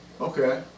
Okay